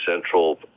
central